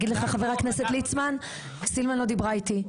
יגיד לך חבר הכנסת ליצמן 'סילמן לא דיברה איתי',